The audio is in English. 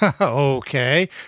Okay